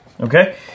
Okay